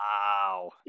wow